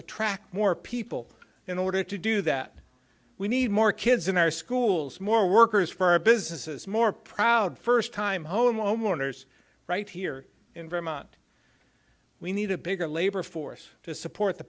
attract more people in order to do that we need more kids in our schools more workers for businesses more proud first time home owners right here in vermont we need a bigger labor force to support the